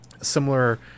similar